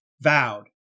vowed